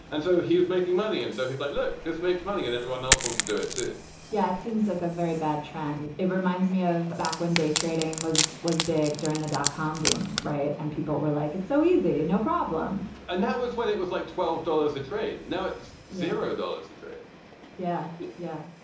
and so he is making money. and so he's like, look, this makes money and everyone else wants to do it, too yeah, it seems like a very bad trend. it reminds me of back when day trading was was big during the dotcom boom. right. and people were like, it's so easy. no problem and that was when it was like twelve dollars a trade. now it's zero dollars. the trade yeah, yeah,